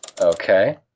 Okay